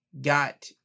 got